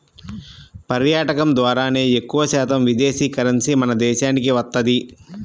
పర్యాటకం ద్వారానే ఎక్కువశాతం విదేశీ కరెన్సీ మన దేశానికి వత్తది